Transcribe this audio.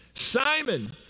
Simon